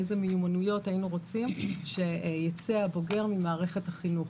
איזה מיומנויות היינו רוצים שייצא איתן הבוגר ממערכת החינוך.